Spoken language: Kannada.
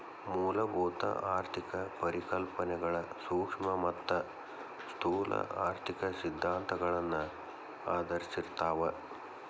ಮೂಲಭೂತ ಆರ್ಥಿಕ ಪರಿಕಲ್ಪನೆಗಳ ಸೂಕ್ಷ್ಮ ಮತ್ತ ಸ್ಥೂಲ ಆರ್ಥಿಕ ಸಿದ್ಧಾಂತಗಳನ್ನ ಆಧರಿಸಿರ್ತಾವ